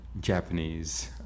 Japanese